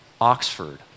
Oxford